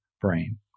brain